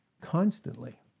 Constantly